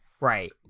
Right